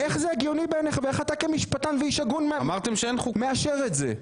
איך זה הגיוני בעיניך ואיך אתה כמשפטן ואיש הגון מאשר את זה?